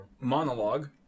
Monologue